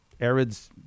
ARIDS